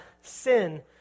sin